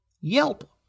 Yelp